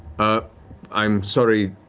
ah i'm sorry.